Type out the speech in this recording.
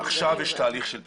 עכשיו יש תהליך של צעירים.